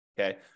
Okay